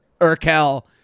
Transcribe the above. urkel